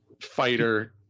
fighter